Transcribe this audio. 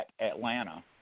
Atlanta